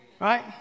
right